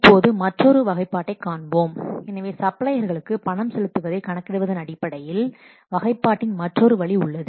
இப்போது மற்றொரு வகைப்பாட்டைக் காண்போம் எனவே சப்ளையர்களுக்கு பணம் செலுத்துவதைக் கணக்கிடுவதன் அடிப்படையில் வகைப்பாட்டின் மற்றொரு வழி உள்ளது